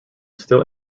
still